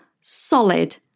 solid